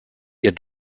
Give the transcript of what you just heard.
ihr